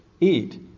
eat